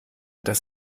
dass